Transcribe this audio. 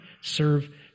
serve